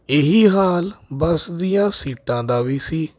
ਇਹ ਹੀ ਹਾਲ ਬੱਸ ਦੀਆਂ ਸੀਟਾਂ ਦਾ ਵੀ ਸੀ